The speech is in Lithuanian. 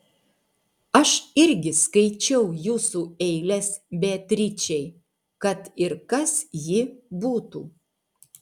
aš irgi skaičiau jūsų eiles beatričei kad ir kas ji būtų